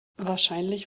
wahrscheinlich